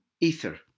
Ether